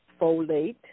folate